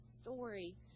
story